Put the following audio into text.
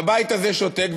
והבית הזה שותק,